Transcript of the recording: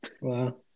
Wow